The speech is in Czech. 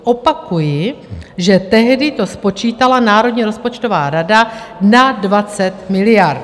Opakuji, že tehdy to spočítala Národní rozpočtová rada na 20 miliard.